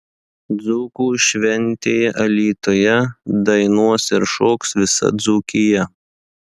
dzūkų šventėje alytuje dainuos ir šoks visa dzūkija